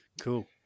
Cool